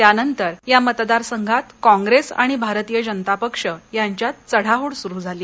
त्यानंतर या मतदार संघात काँप्रेस आणि भारतीय जनता पक्ष यांच्यात चढाओढ सुरू झाली